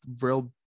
real